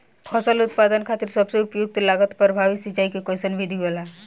फसल उत्पादन खातिर सबसे उपयुक्त लागत प्रभावी सिंचाई के कइसन विधि होला?